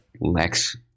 Lex